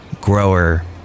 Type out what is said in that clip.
Grower